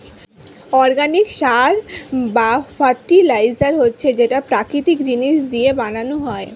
organic সার বা fertiliser হচ্ছে যেটা প্রাকৃতিক জিনিস দিয়ে বানানো হয়